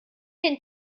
den